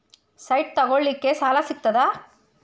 Site ತಗೋಳಿಕ್ಕೆ ಸಾಲಾ ಸಿಗ್ತದಾ?